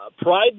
pride